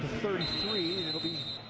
thirty three. it will be